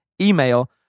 email